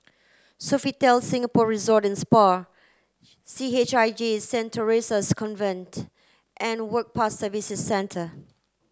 Sofitel Singapore Resort and Spa C H I J Saint Theresa's Convent and Work Pass Services Centre